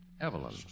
Evelyn